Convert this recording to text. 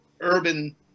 urban